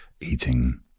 eating